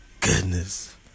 goodness